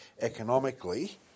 economically